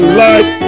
life